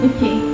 Okay